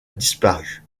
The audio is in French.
disparu